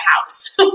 house